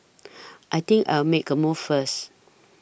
I think I'll make a move first